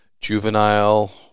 juvenile